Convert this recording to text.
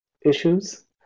issues